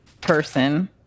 person